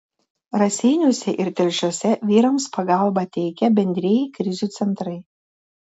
raseiniuose ir telšiuose vyrams pagalbą teikia bendrieji krizių centrai